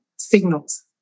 signals